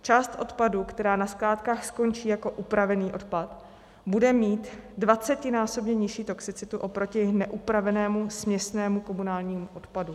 Část odpadu, která na skládkách skončí jako upravený odpad, bude mít dvacetinásobně nižší toxicitu oproti neupravenému směsnému komunálnímu odpadu.